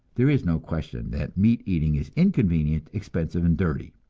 there is no question that meat-eating is inconvenient, expensive, and dirty.